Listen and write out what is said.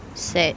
sad